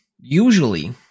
usually